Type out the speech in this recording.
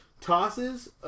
tosses